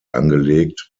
angelegt